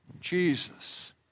Jesus